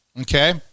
Okay